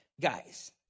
guys